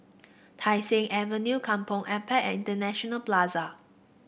Tai Seng Avenue Kampong Ampat and International Plaza